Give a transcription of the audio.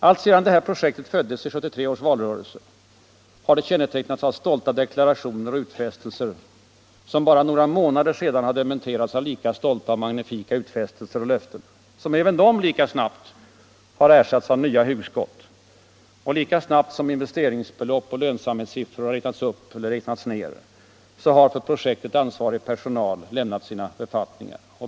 Alltsedan det här projektet föddes i 1973 års avtalsrörelse har det kännetecknats av stolta deklarationer och utfästelser, som bara några månader senare har dementerats av lika stolta och magnifika utfästelser och löften, som även de lika snabbt ersatts av nya hugskott. Och lika snabbt som investeringsbelopp och lönsamhetssiffror har räknats upp eller räknats ner har för projektet ansvarig personal lämnat sina befattningar.